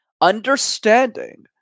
understanding